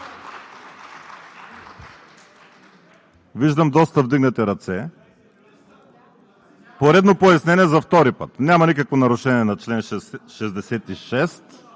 Виждам доста вдигнати ръце. Поредно пояснение, за втори път – няма никакво нарушение на чл. 66,